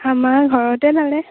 আমাৰ ঘৰতে বালে